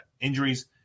injuries